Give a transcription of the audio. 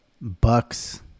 Bucks